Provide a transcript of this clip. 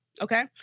Okay